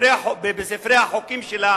בספרי החוקים שלה